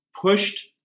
pushed